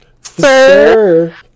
sir